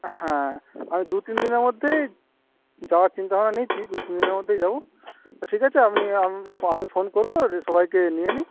হ্যাঁ আমি দু তিন দিনের মধ্যেই যাওয়ার চিন্তাভাবনা নিচ্ছি দু তিন দিনের মধ্যেই যাবো তো ঠিক আছে আমি আমি ফোন করবো সবাইকে নিয়ে নিই